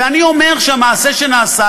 ואני אומר שהמעשה שנעשה,